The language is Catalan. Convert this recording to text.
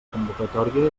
convocatòria